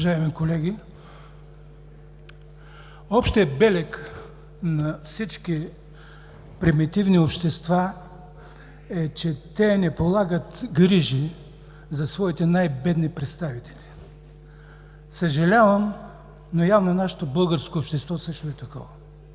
Уважаеми колеги, общият белег на всички примитивни общества е, че те не полагат грижи за своите най-бедни представители. Съжалявам, но явно и нашето българско общество също е такова.